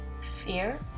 Fear